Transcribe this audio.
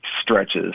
stretches